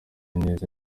neza